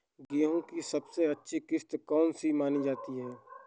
गेहूँ की सबसे अच्छी किश्त कौन सी मानी जाती है?